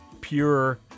pure